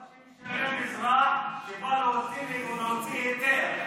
מה שמשלם אזרח ובא להוסיף כדי להוציא היתר,